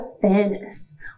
fairness